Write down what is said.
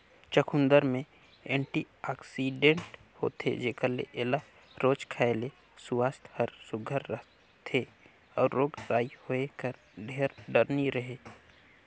चुकंदर में एंटीआक्सीडेंट होथे जेकर ले एला रोज खाए ले सुवास्थ हर सुग्घर रहथे अउ रोग राई होए कर ढेर डर नी रहें